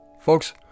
Folks